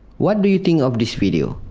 what do you think of this video?